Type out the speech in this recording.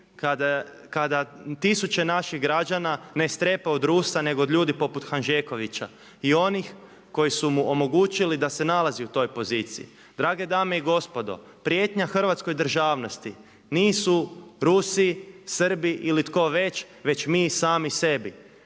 kada tisuće naših građana ne strepe od Rusa, nego od ljudi poput Hanžekovića i onih koji su mu omogućili da se nalazi u toj poziciji. Drage dame i gospodo, prijetnja hrvatskoj državnosti nisu Rusi, Srbi ili tko već, već mi sami sebi.